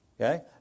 okay